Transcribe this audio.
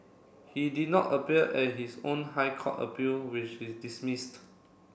he did not appear at his own High Court appeal which is dismissed